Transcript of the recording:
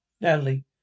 Natalie